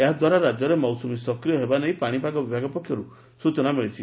ଏହା ଦ୍ୱାରା ରାକ୍ୟରେ ମୌସୁମୀ ସକ୍ରିୟ ହେବା ନେଇ ପାଶିପାଗ ବିଭାଗ ପକ୍ଷରୁ ସୂଚନା ମିଳିଛି